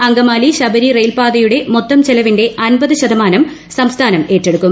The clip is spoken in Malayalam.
അങ്കമാലി ശബരി റെയിൽപാതയുടെ മൊത്തം ചെലവിന്റെ അമ്പതു ശതമാനം സംസ്ഥാനം ഏറ്റെടുക്കും